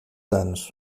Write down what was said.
anos